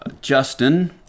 Justin